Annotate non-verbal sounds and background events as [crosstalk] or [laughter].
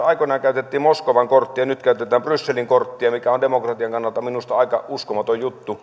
[unintelligible] aikoinaan käytettiin moskovan korttia nyt käytetään brysselin korttia mikä on demokratian kannalta minusta aika uskomaton juttu [unintelligible]